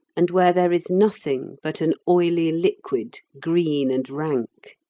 and where there is nothing but an oily liquid, green and rank.